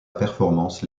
performance